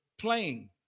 playing